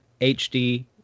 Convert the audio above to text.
HD